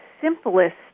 simplest